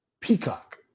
Peacock